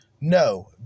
no